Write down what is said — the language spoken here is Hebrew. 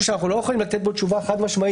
שאנחנו לא יכולים לתת בו תשובה חד-משמעית,